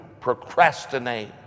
procrastinate